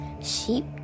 Sheep